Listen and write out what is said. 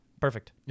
Perfect